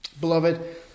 Beloved